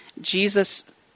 Jesus